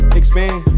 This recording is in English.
expand